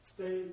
Stay